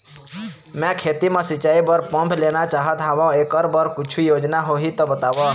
मैं खेती म सिचाई बर पंप लेना चाहत हाव, एकर बर कुछू योजना होही त बताव?